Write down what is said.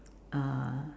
uh